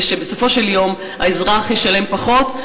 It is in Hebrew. ושבסופו של יום האזרח ישלם פחות,